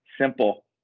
simple